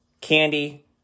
candy